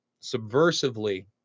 subversively